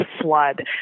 flood